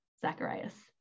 Zacharias